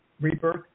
rebirth